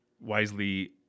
wisely